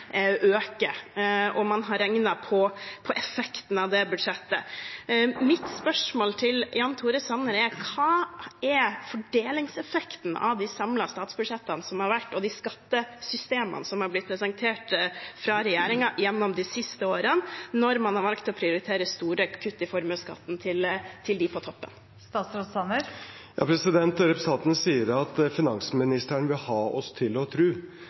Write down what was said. og man har regnet på effekten av det budsjettet. Mitt spørsmål til Jan Tore Sanner er: Hva er fordelingseffekten av de samlede statsbudsjettene som har vært, og de skattesystemene som er blitt presentert fra regjeringen gjennom de siste årene, når man har valgt å prioritere store kutt i formuesskatten til dem på toppen? Representanten sier at finansministeren vil «ha oss til å